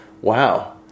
Wow